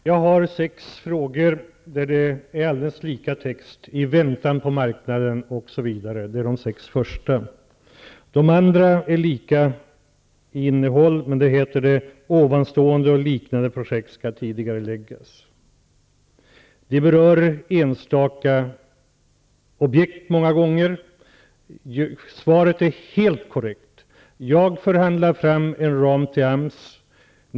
Herr talman! I sex av frågorna är texten likadan. Det sägs ''i väntan på marknaden'' osv. De övriga frågorna har likadant innehåll, men där sägs det att ''tidigareläggas''. De berör många gånger enstaka objekt. Svaret är helt korrekt. Jag förhandlar fram en ram till AMS.